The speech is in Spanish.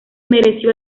mereció